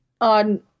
on